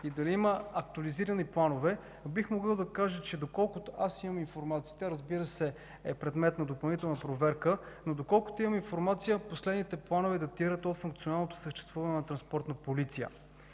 и дали има актуализирани планове, бих могъл да кажа, че доколкото имам информация – това е предмет на допълнителна проверка – последните планове датират от функционалното съществуване на Транспортна полиция.